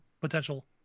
potential